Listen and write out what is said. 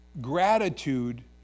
Gratitude